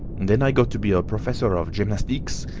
then i got to be a professor of gymnastics,